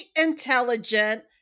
intelligent